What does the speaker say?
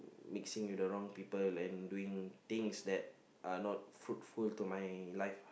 mixing with the wrong people and doing things that are not fruitful to my life